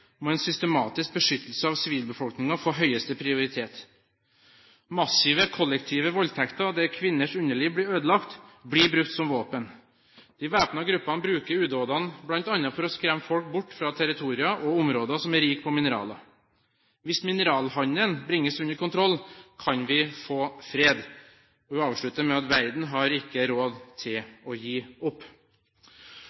må en systematisk beskyttelse av sivilbefolkningen få høyeste prioritet. Massive, kollektive voldtekter, der kvinners underliv blir ødelagt, blir brukt som våpen. De væpnede gruppene bruker udådene blant annet for å skremme folk bort fra territorier og områder som er rike på mineraler. Hvis mineralhandelen bringes under kontroll, kan vi få fred. Verden har ikke råd til